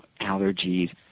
allergies